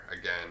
again